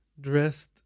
dressed